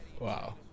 Wow